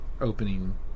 opening